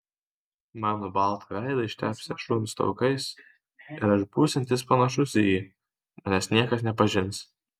mano baltą veidą ištepsią šuns taukais ir aš būsiantis panašus į jį manęs niekas nepažins